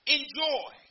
Enjoy